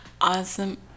Awesome